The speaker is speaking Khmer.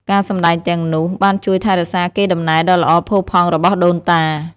ការសម្តែងទាំងនោះបានជួយថែរក្សាកេរដំណែលដ៏ល្អផូរផង់របស់ដូនតា។